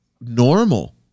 normal